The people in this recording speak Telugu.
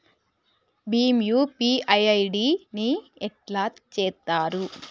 భీమ్ యూ.పీ.ఐ ఐ.డి ని ఎట్లా చేత్తరు?